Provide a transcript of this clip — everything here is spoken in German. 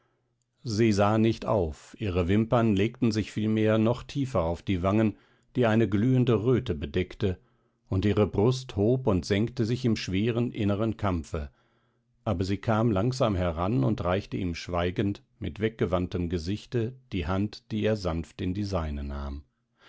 sie sah nicht auf ihre wimpern legten sich vielmehr noch tiefer auf die wangen die eine glühende röte bedeckte und ihre brust hob und senkte sich im schweren inneren kampfe aber sie kam langsam heran und reichte ihm schweigend mit weggewandtem gesichte die hand hin die er sanft in die seine nahm